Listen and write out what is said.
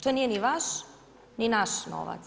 To nije ni vaš ni naš novac.